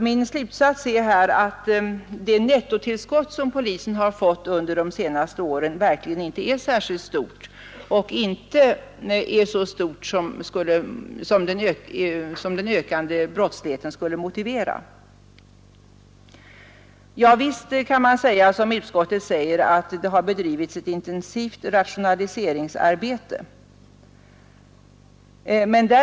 Min slutsats är att det nettotillskott som polisen har fått under de senaste åren verkligen inte är särskilt stort och inte så stort som den ökande brottsligheten skulle motivera. Visst kan man säga som utskottet att det har bedrivits ett intensivt rationaliseringsarbete.